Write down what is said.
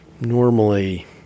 normally